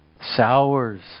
sours